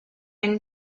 une